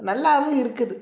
நல்லாவும் இருக்குது